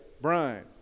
Brian